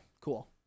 cool